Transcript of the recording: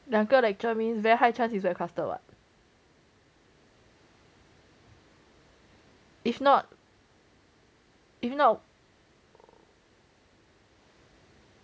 两个 lecture means very high chance is very clustered what if not if not